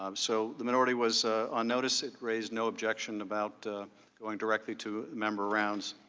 um so the minority was on notice, it raised no objection about going directly to member rounds.